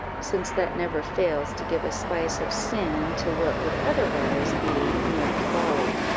since that never fails to give a spice of sin to what would otherwise be mere folly.